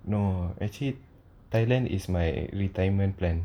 no actually thailand is my retirement plan